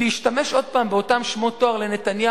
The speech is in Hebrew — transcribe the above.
כי להשתמש עוד פעם באותם שמות תואר לנתניהו,